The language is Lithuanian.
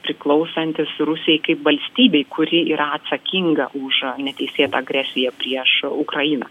priklausantis rusijai kaip valstybei kuri yra atsakinga už neteisėtą agresiją prieš ukrainą